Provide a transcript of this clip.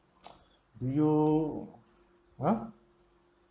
do you !huh!